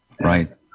Right